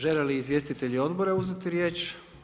Želi li izvjestitelji odbora uzeti riječ?